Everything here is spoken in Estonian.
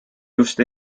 just